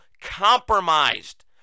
compromised